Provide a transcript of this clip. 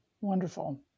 Wonderful